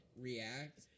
react